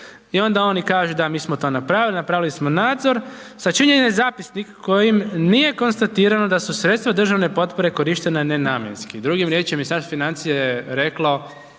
i onda oni kažu, da, mi smo to napravili, napravili smo nadzor. Sačinjen je zapisnik kojim nije konstatirano da su sredstva državne potpore korištena nenamjenski. Drugim riječima, Ministarstvo financija je